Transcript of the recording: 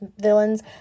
villains